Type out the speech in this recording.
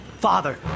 Father